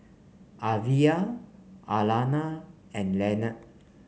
Alyvia Alayna and Lenard